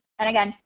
and again,